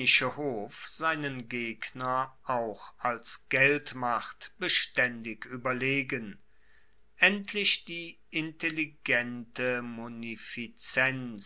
seinen gegner auch als geldmacht bestaendig ueberlegen endlich die intelligente